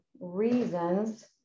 reasons